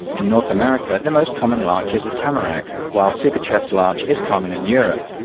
in north america the most common larch is the tamarack, while sukaczev's larch is common in europe.